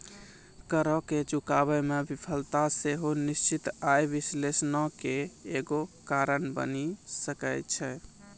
करो के चुकाबै मे विफलता सेहो निश्चित आय विश्लेषणो के एगो कारण बनि सकै छै